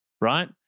right